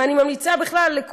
ואני ממליצה בכלל,